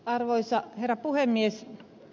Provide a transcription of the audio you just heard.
arvoisa herra puhemies